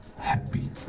happy